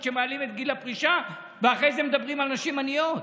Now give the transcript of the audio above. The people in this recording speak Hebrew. שבהן מעלים את גיל הפרישה ואחרי זה מדברים על נשים עניות.